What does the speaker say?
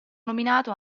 nominato